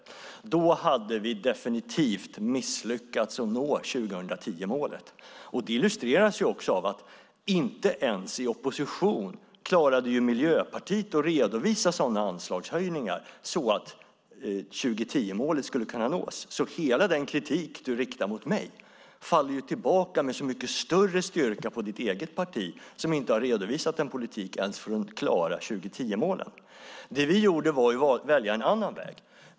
Men då hade vi definitivt misslyckats med att nå 2010-målet. Det illustreras också av att Miljöpartiet inte ens i opposition klarade att redovisa sådana anslagshöjningar att 2010-målet skulle kunna nås. Hela den kritik som du riktar mot mig faller således med så mycket större styrka tillbaka på ditt eget parti som inte har redovisat en politik för att ens klara 2010-målet. Vi valde en annan väg.